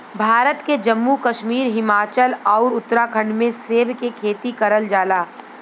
भारत के जम्मू कश्मीर, हिमाचल आउर उत्तराखंड में सेब के खेती करल जाला